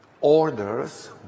orders